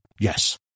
Yes